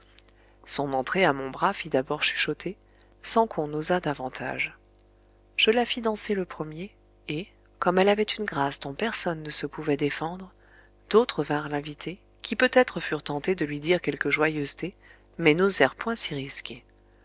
son entrée à mon bras fit d'abord chuchoter sans qu'on osât davantage je la fis danser le premier et comme elle avait une grâce dont personne ne se pouvait défendre d'autres vinrent l'inviter qui peut-être furent tentés de lui dire quelque joyeuseté mais n'osèrent point s'y risquer